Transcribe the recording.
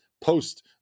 post